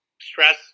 stress